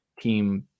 team